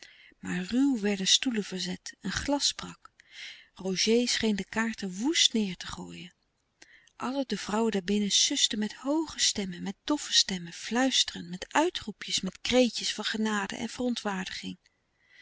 maar ruw werden stoelen verzet een glas brak roger scheen de kaarten woest neêr te gooien alle de vrouwen daarbinnen susten met hooge stemmen met doffe stemmen fluisterend met uitroepjes met kreetjes van genade en verontwaardiging